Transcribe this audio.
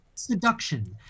seduction